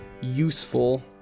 useful